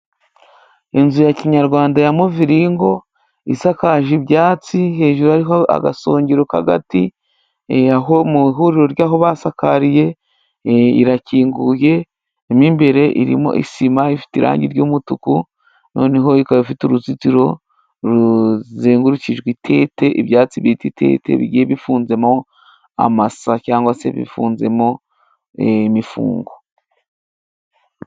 Inzu ya kinyarwanda yamuviringo isakaje ibyatsi hejuru hariho agasongero k'agati aho mw'ihuriro ry'aho basakariye. Irakinguye mo imbere irimo isima ifite irangi ry'umutuku, noneho ikaba ifite uruzitiro ruzengurukijwe itete ibyatsi bita itete bigiye bifunzemo amasa cyangwa se bifunzemo imifungo.